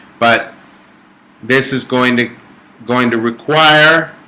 but this is going to going to require